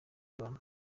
rwanda